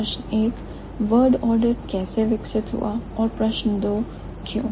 प्रश्न एक word order कैसे विकसित हुआ है और प्रश्न दो क्यों